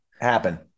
happen